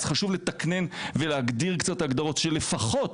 אז חשוב לתקנן ולהגדיר קצת הגדרות שלפחות,